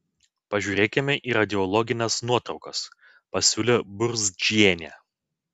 pažiūrėkime į radiologines nuotraukas pasiūlė burzdžienė